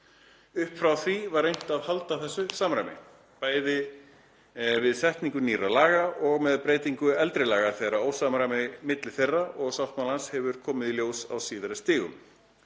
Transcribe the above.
Upp frá því var reynt að halda þessu samræmi, bæði við setningu nýrra laga og með breytingu eldri laga þegar ósamræmi milli þeirra og sáttmálans hefur komið í ljós á síðari stigum.